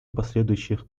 последующих